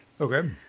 Okay